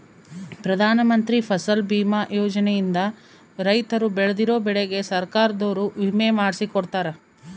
ಪ್ರಧಾನ ಮಂತ್ರಿ ಫಸಲ್ ಬಿಮಾ ಯೋಜನೆ ಇಂದ ರೈತರು ಬೆಳ್ದಿರೋ ಬೆಳೆಗೆ ಸರ್ಕಾರದೊರು ವಿಮೆ ಮಾಡ್ಸಿ ಕೊಡ್ತಾರ